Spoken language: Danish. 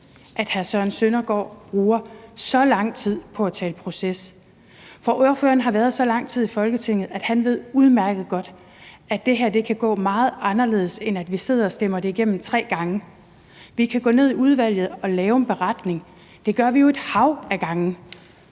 hr. Søren Søndergaard bruger så lang tid på at tale proces, for ordføreren har været så lang tid i Folketinget, at han udmærket godt ved, at det her kan gå meget anderledes, end at vi sidder og stemmer det igennem efter tre behandlinger. Vi kan gå ned i udvalget og lave en beretning. Det gør vi jo et hav af gange.